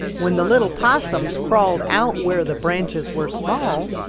when the little possums crawled out where the branches were small,